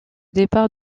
départ